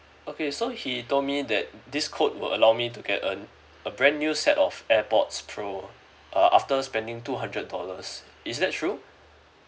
okay so he told me that this code will allow me to get a a brand new set of airpods pro uh after spending two hundred dollars is that true